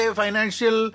financial